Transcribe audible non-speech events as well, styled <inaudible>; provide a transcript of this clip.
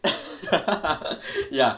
<laughs> ya